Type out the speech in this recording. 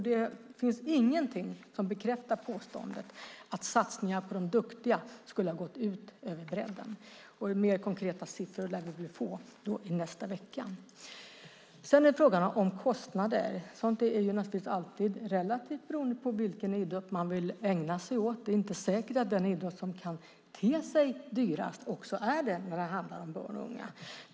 Det finns ingenting som bekräftar påståendet att satsningar på de duktiga skulle ha gått ut över bredden. Mer konkreta siffror lär vi väl få i nästa vecka. Sedan är det frågan om kostnader. Sådant är naturligtvis alltid relativt, beroende på vilken idrott man vill ägna sig åt. Det är inte säkert att den idrott som kan te sig dyrast också är det när det handlar om barn och unga.